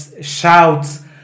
shouts